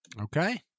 Okay